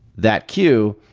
that queue,